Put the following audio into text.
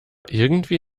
irgendwie